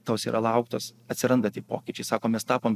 tos yra lauktos atsirandantys pokyčiai sako mes tapome